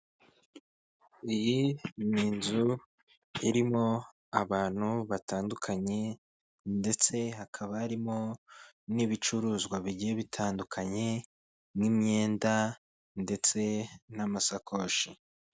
Iyi n inzu irimo abantu batandukanye, ndetse hakaba harimo n'ibicuruzwa bigiye bitandukanye, nk'imyenda ndetse n'amasakoshi.